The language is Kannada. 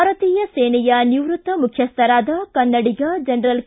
ಭಾರತೀಯ ಸೇನೆಯ ನಿವೃತ್ತ ಮುಖ್ಯಸ್ಥರಾದ ಕನ್ನಡಿಗ ಜನರಲ್ ಕೆ